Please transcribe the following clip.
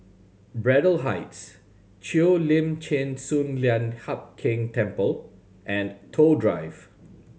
Braddell Heights Cheo Lim Chin Sun Lian Hup Keng Temple and Toh Drive